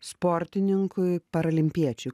sportininkui paralimpiečiui